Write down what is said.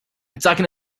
talking